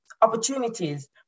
opportunities